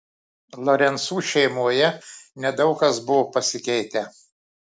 lorencų šeimoje nedaug kas buvo pasikeitę